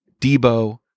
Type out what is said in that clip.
Debo